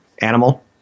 animal